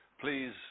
Please